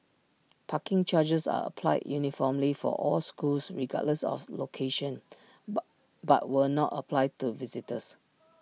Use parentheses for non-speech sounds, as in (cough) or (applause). parking charges are applied uniformly for all schools regardless of location (unintelligible) but will not apply to visitors